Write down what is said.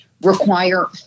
require